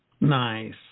Nice